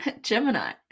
Gemini